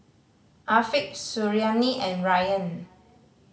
Afiq Suriani and Ryan